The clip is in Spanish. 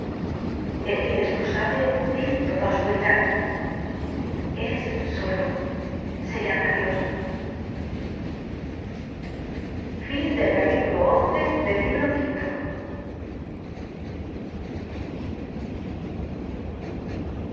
el que esto sabe ve en toda oscuridad es solo se llama dios